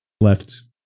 left